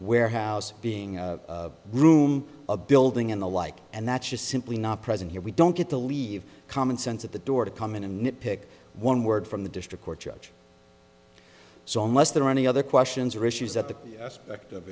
where house being a room a building and the like and that's just simply not present here we don't get to leave commonsense at the door to come in and nit pick one word from the district court judge so must there any other questions or issues that the aspect of